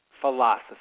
philosophy